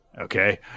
okay